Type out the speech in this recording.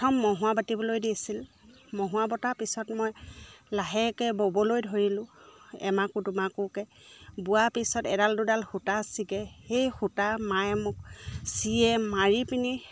প্ৰথম মহোৱা বাটিবলৈ দিছিল মহোৱা বটাৰ পিছত মই লাহেকে ব'বলৈ ধৰিলোঁ এমাকো দুমাকোকে বোৱা পিছত এডাল দুডাল সূতা চিগে সেই সূতা মায়ে মোক চিৰিয়ে মাৰি পিনি